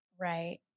Right